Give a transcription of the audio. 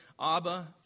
Abba